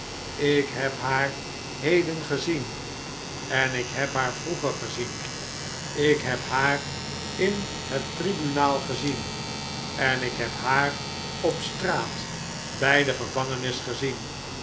ik heb haar heden gezien en ik heb haar vroeger gezien ik heb haar in het tribunaal gezien en ik heb haar op straat bij de gevangenis gezien